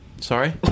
Sorry